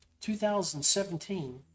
2017